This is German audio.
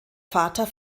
vater